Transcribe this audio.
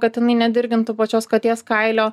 kad jinai nedirgintų pačios katės kailio